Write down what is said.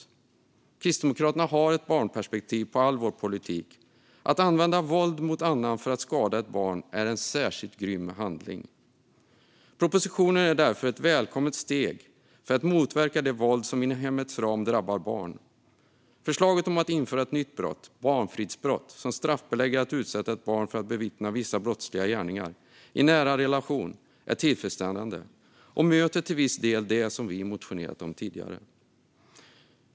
Vi i Kristdemokraterna har ett barnperspektiv på all vår politik. Att använda våld mot annan för att skada ett barn är en särskilt grym handling. Propositionen är därför ett välkommet steg för att motverka det våld som inom hemmets ram drabbar barn. Förslaget att införa ett nytt brott, barnfridsbrott, som straffbelägger att utsätta ett barn för att bevittna vissa brottsliga gärningar i nära relation är tillfredsställande och möter till viss del det som vi motionerat om tidigare.